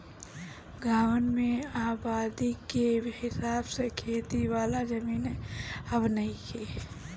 गांवन में आबादी के हिसाब से खेती वाला जमीन अब नइखे